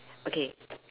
okay